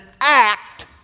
act